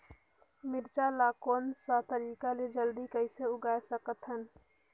मिरचा ला कोन सा तरीका ले जल्दी कइसे उगाय सकथन?